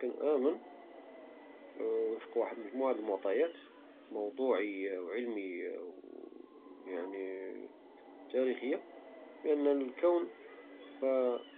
كنأمن وفق مجموعة من المعطيات موضوعية وعلمية ويعني تاريخية بأن الكون